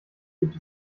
gibt